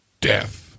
death